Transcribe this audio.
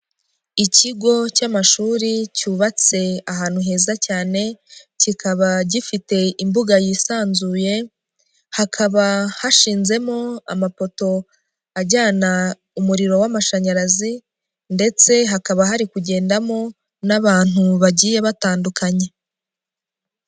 Ikigo cy'amashuri cyubatse ahantu heza cyane, kikaba gifite imbuga yisanzuye, hakaba hashizemo amapoto ajyana umuriro w'amashanyarazi ndetse hakaba hari kugendamo n'abantu bagiye batandukanye.